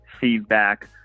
feedback